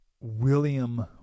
william